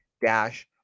dash